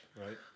right